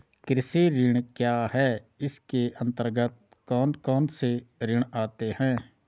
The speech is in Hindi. कृषि ऋण क्या है इसके अन्तर्गत कौन कौनसे ऋण आते हैं?